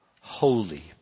holy